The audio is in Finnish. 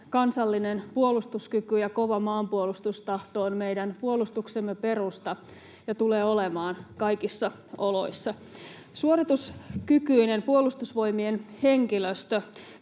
kansallinen puolustuskyky ja kova maanpuolustustahto on meidän puolustuksemme perusta ja tulee olemaan kaikissa oloissa. Suorituskykyinen Puolustusvoimien henkilöstö